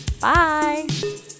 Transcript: Bye